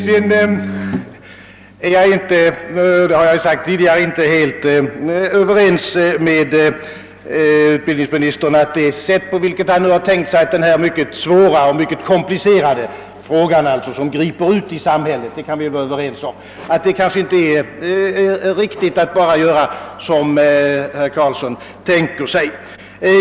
Som jag redan framhållit, är jag inte säker på att det är riktigt att angripa denna svåra och komplicerade fråga, som har verkningar långt ut i samhället, på det sätt som utbildningsministern tänker sig.